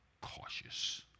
cautious